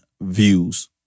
views